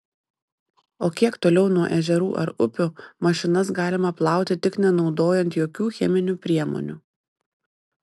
o kiek toliau nuo ežerų ar upių mašinas galima plauti tik nenaudojant jokių cheminių priemonių